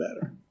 better